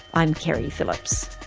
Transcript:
i'm keri phillips